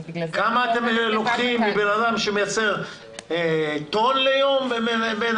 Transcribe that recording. כמה אתם לוקחים מאדם שמייצר טון ליום וכמה